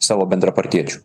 savo bendrapartiečių